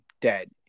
dead